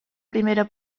primera